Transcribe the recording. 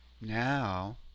now